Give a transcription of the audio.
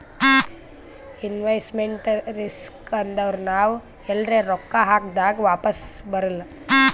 investment risk ಅಂದುರ್ ನಾವ್ ಎಲ್ರೆ ರೊಕ್ಕಾ ಹಾಕ್ದಾಗ್ ವಾಪಿಸ್ ಬರಲ್ಲ